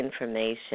information